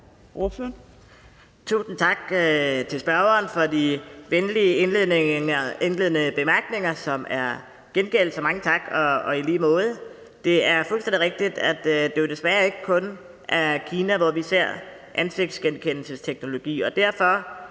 Tusind tak til spørgeren for de venlige indledende bemærkninger, som er gengældt, så mange tak og i lige måde. Det er fuldstændig rigtigt, at det jo desværre ikke kun er i Kina, vi ser ansigtsgenkendelsesteknologi.